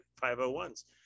501s